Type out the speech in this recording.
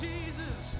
Jesus